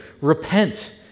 Repent